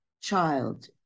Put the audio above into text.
child